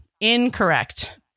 Incorrect